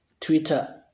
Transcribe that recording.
Twitter